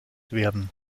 werden